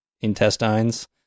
intestines